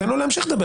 תן לו להמשיך לדבר.